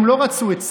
הם לא רצו את ציון,